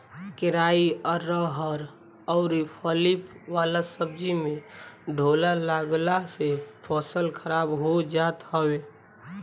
केराई, अरहर अउरी फली वाला सब्जी में ढोला लागला से फसल खराब हो जात हवे